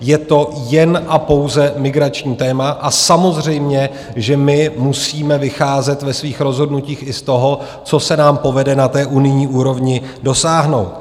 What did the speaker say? Je to jen a pouze migrační téma, a samozřejmě že my musíme vycházet ve svých rozhodnutích i z toho, co se nám povede na unijní úrovni dosáhnout.